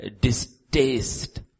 distaste